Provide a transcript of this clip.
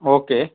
okay